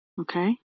Okay